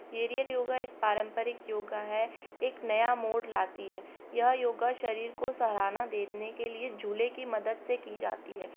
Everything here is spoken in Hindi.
एरियल योगा एक पारंपरिक योगा है एक नया मोड़ लाती है यह योगा शरीर को सहारा देने के लिए झूले की मदद से की जाती है